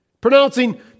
pronouncing